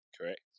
Correct